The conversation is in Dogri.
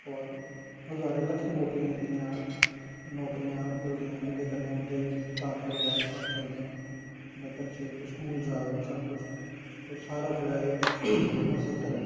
और हजारें लक्खें लोकें दियां नौकरियां मिलदियां जेह्दे कन्नै उं'दे घर परोआर सब चलदे न बच्चे स्कूल जा दे न सब किश ते ओह् एह् सारा जेह्ड़ा बिजनस सैक्टर ऐ